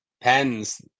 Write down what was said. pens